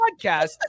podcast